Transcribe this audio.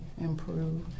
improve